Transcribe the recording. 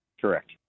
correct